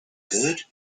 good